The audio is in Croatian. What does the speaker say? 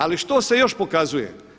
Ali što se još pokazuje?